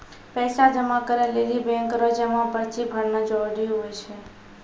पैसा जमा करै लेली बैंक रो जमा पर्ची भरना जरूरी हुवै छै